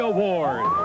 Award